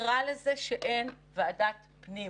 אמרת ז'רגון בטווח 80 ק"מ,